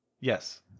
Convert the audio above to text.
Yes